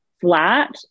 flat